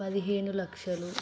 పదిహేను లక్షలు